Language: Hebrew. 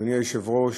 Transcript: אדוני היושב-ראש,